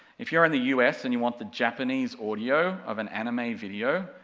if you're in the u s. and you want the japanese audio of an anime video,